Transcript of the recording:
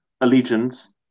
allegiance